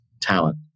talent